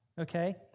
okay